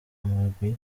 mugwi